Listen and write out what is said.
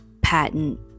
patent